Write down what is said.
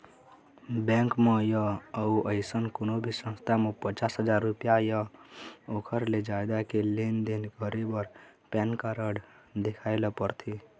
bank म य अउ अइसन कोनो भी संस्था म पचास हजाररूपिया य ओखर ले जादा के लेन देन करे बर पैन कारड देखाए ल परथे